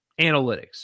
analytics